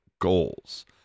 goals